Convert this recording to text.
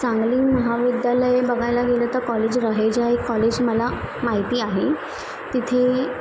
चांगली महाविद्यालये बघायला गेलं तर कॉलेज रहेजा आहे कॉलेज मला माहिती आहे तिथे